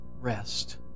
Rest